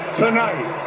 tonight